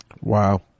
Wow